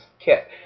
kit